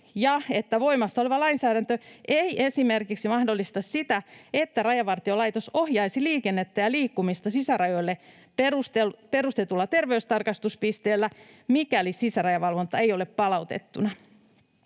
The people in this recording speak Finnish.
voimassa oleva lainsäädäntö ei esimerkiksi mahdollista sitä, että Rajavartiolaitos ohjaisi liikennettä ja liikkumista sisärajoille perustetulla terveystarkastuspisteellä, mikäli sisärajavalvonta ei ole palautettuna.